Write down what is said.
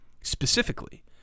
specifically